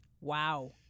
Wow